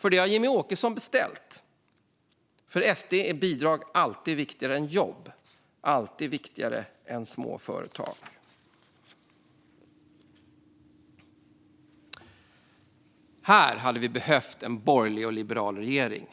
Det är vad Jimmie Åkesson har beställt. För SD är bidrag alltid viktigare än jobb och småföretag. Här hade vi behövt en borgerlig och liberal regering.